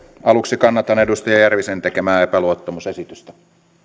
aluksi kannatan edustaja järvisen tekemää epäluottamusesitystä